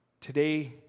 today